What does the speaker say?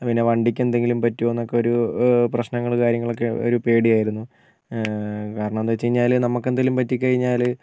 പിന്നെ വണ്ടിക്ക് എന്തെങ്കിലും പറ്റോന്നൊക്കൊരു പ്രശ്നങ്ങൾ കാര്യങ്ങളൊക്കെ ഒരു പേടിയായിരുന്നു കാരണം എന്താ വെച്ചു കഴിഞ്ഞാൽ നമുക്കെന്തെങ്കിലും പറ്റികഴിഞ്ഞാൽ